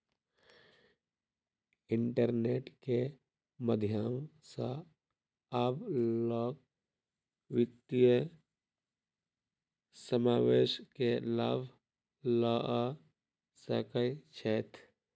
internet के माध्यम सॅ आब लोक वित्तीय समावेश के लाभ लअ सकै छैथ